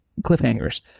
cliffhangers